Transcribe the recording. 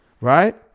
Right